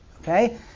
Okay